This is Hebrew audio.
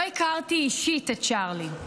לא הכרתי את צ'רלי אישית.